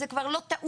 זו כבר לא טעות,